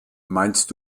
meinst